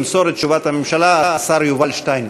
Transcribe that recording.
ימסור את תשובת הממשלה השר יובל שטייניץ.